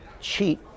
cheat